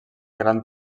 gran